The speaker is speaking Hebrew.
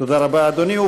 תודה רבה, אדוני.